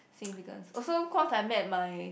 significance also cause I met my